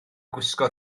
gwisgo